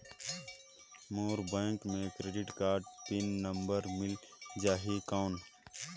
मोर bank मे credit card PIN number मिल जाहि कौन?